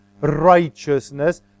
righteousness